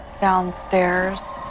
Downstairs